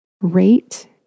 rate